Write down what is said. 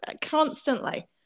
constantly